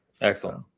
Excellent